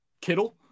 Kittle